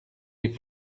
les